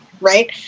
right